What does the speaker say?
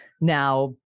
Now